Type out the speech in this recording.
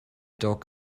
dog